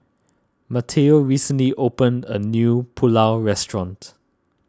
Mateo recently opened a new Pulao Restaurant